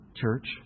church